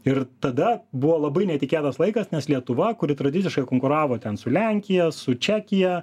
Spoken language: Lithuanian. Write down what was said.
ir tada buvo labai netikėtas laikas nes lietuva kuri tradiciškai konkuravo ten su lenkija su čekija